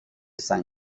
san